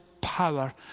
power